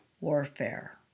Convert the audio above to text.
warfare